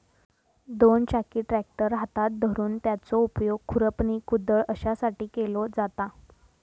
दोन चाकी ट्रॅक्टर हातात धरून त्याचो उपयोग खुरपणी, कुदळ अश्यासाठी केलो जाता